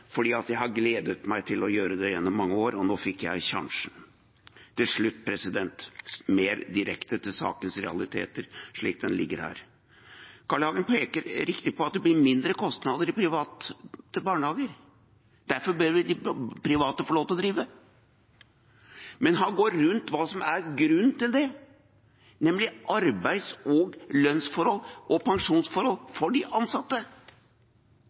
jeg har gledet meg til å gjøre det gjennom mange år, og nå fikk jeg sjansen. Til slutt, mer direkte til sakens realiteter, slik den ligger her: Carl I. Hagen peker riktig på at det er lavere kostnader i de private barnehagene, og sier at de private derfor bør få lov til å drive. Men han går rundt hva som er grunnen til det, nemlig arbeids- og lønnsforhold og pensjonsforhold for de ansatte.